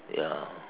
ya